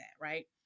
right